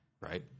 right